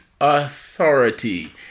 authority